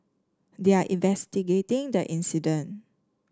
they are investigating the incident